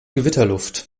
gewitterluft